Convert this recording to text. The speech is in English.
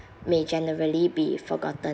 may generally be forgotten